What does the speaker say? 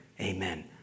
Amen